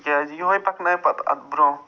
تِکیٛازِ یِہوٚے پکنایہِ پتہٕ اتھ برٛوںٛہہ